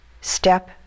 Step